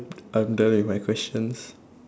I'm done with my questions